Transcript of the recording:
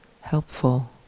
helpful